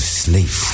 sleep